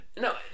no